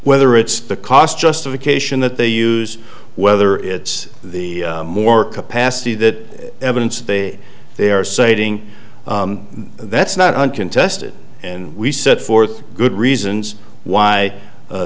whether it's the cost justification that they use whether it's the more capacity that evidence that they are saving that's not uncontested and we set forth good reasons why